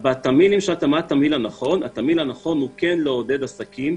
התמהיל הנכון הוא כן לעודד עסקים,